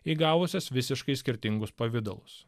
įgavusias visiškai skirtingus pavidalus